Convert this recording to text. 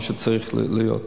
מה שצריך להיות.